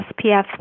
SPF